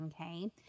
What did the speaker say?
Okay